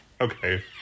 Okay